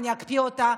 אני אקפיא אותה,